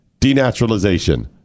denaturalization